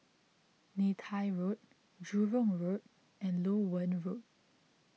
Neythai Road Jurong Road and Loewen Road